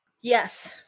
Yes